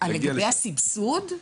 לגבי הסבסוד?